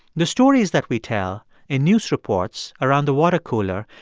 the stories that we tell in news reports, around the water cooler,